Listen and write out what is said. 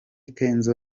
kenzo